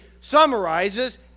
summarizes